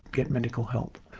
get medical help,